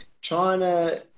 china